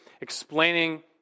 explaining